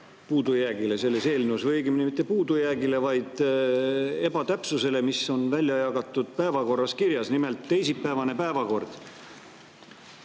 puudujäägile selles [päevakorras]. Õigemini mitte puudujäägile, vaid ebatäpsusele, mis on välja jagatud päevakorras kirjas. Teisipäevane päevakord,